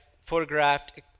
photographed